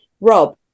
Rob